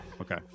Okay